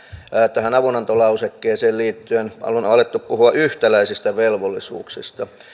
tähän avunantolausekkeeseen liittyen on alettu puhua yhtäläisistä velvollisuuksista